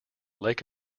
lake